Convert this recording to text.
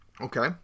Okay